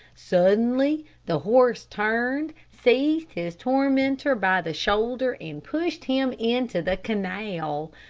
suddenly the horse turned, seized his tormentor by the shoulder, and pushed him into the canal.